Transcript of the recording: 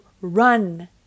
run